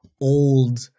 old